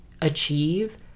achieve